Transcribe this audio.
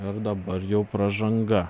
ir dabar jau pražanga